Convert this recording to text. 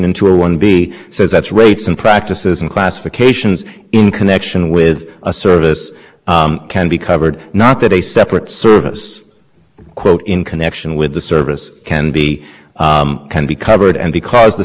it please the court this order is designed to put into place after a decade of effort legally sustainable standards to keep the internet open the order defines a specific broadband transmission service within the